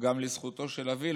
גם לזכותו של אבי,